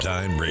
Time